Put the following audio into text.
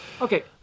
Okay